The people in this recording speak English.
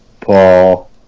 Paul